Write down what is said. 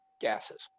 gases